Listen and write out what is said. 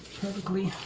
perfectly,